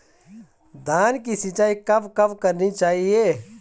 धान की सिंचाईं कब कब करनी चाहिये?